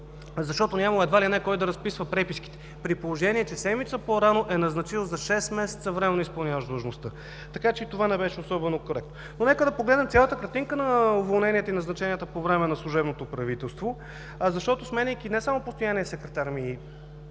защото нямало, едва ли не, кой да разписва преписките, при положение че седмица по-рано е назначил за шест месеца временно изпълняващ длъжността. Така че и това не беше особено коректно. Но нека да погледнем цялата картинка на уволненията и назначенията по време на служебното правителство, защото, сменяйки не само постоянния секретар,